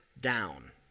down